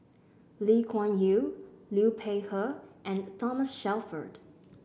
Lee Kuan Yew Liu Peihe and Thomas Shelford